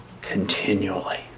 continually